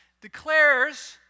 declares